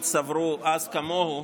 סברו אז כמוהו,